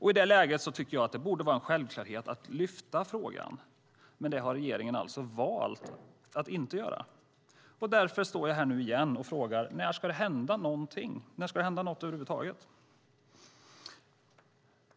I detta läge tycker jag att det borde vara en självklarhet att lyfta frågan, men det har regeringen alltså valt att inte göra. Därför står jag här nu igen och frågar: När ska det hända någonting? När ska det hända något över huvud taget?